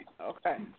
Okay